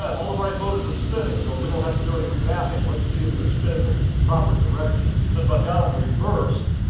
all the right motors are spinning so we don't have to do any remapping. let's see if they're spinning the proper direction. since i've got them um reversed,